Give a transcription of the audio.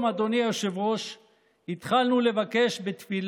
זה הוריד את כל העניין,